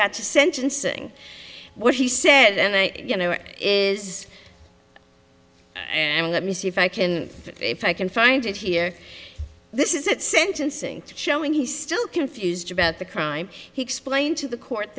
got to sentencing what he said and you know it is and let me see if i can if i can find it here this is at sentencing showing he still confused about the crime he explained to the court